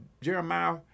Jeremiah